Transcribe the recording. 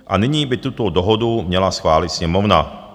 A nyní by tuto dohodu měla schválit Sněmovna.